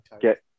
Get